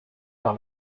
par